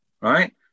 right